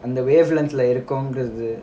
அந்த:antha wave length இருக்கோம்ன்றது:irukkoomradhu